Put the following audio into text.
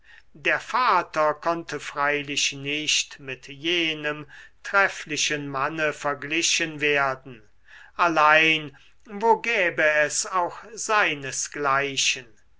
der vater konnte freilich nicht mit jenem trefflichen manne verglichen werden allein wo gäbe es auch seinesgleichen